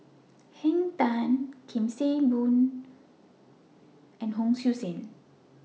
Henn Tan SIM Kee Boon and Hon Sui Sen